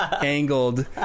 angled